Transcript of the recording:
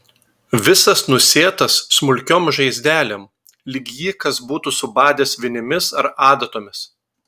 visas nusėtas smulkiom žaizdelėm lyg jį kas būtų subadęs vinimis ar adatomis